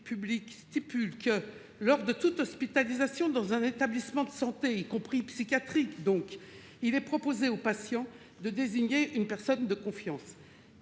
publique prévoit que, « lors de toute hospitalisation dans un établissement de santé », y compris psychiatrique, donc, « il est proposé au patient de désigner une personne de confiance